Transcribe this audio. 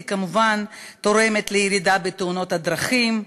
היא כמובן תורמת לירידה בתאונות הדרכים,